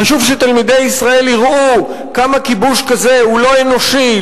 חשוב שתלמידי ישראל יראו כמה כיבוש כזה הוא לא אנושי,